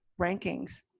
rankings